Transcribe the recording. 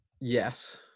Yes